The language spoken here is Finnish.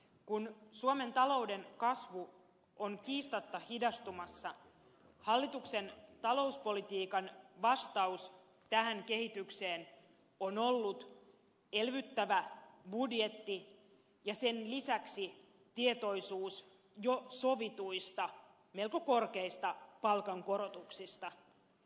kun suomen talouden kasvu on kiistatta hidastumassa hallituksen talouspolitiikan vastaus tähän kehitykseen on ollut elvyttävä budjetti ja sen lisäksi tietoisuus jo sovituista melko korkeista palkankorotuksista